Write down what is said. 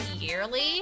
yearly